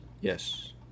Yes